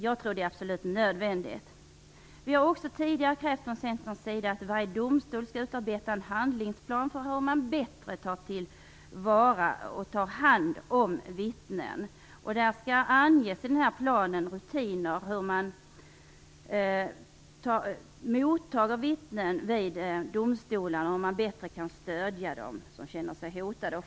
Jag tror att det är absolut nödvändigt. Tidigare har vi från Centerns sida krävt att varje domstol skall utarbeta en handlingsplan för att bättre ta vara på, och ta han om, vittnen. I planen skall rutiner anges för hur man tar emot vittnen vid domstolar och för hur man på ett bättre sätt kan stödja dem som känner sig hotade.